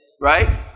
Right